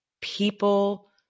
people